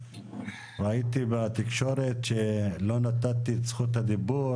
ראיתי בתקשורת שלא נתתי את זכות הדיבור